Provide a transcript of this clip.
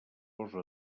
posa